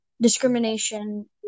discrimination